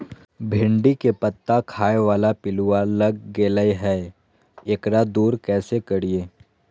भिंडी के पत्ता खाए बाला पिलुवा लग गेलै हैं, एकरा दूर कैसे करियय?